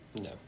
No